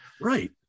Right